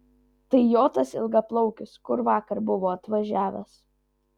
tai jo tas ilgaplaukis kur vakar buvo atvažiavęs